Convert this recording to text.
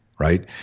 Right